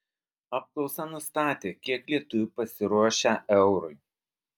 apklausa nustatė kiek lietuvių pasiruošę eurui